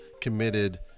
committed